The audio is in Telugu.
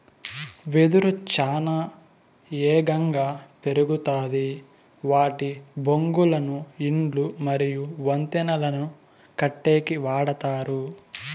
వెదురు చానా ఏగంగా పెరుగుతాది వాటి బొంగులను ఇల్లు మరియు వంతెనలను కట్టేకి వాడతారు